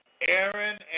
Aaron